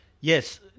Yes